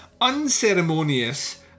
unceremonious